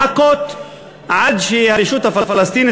לחכות עד שהרשות הפלסטינית,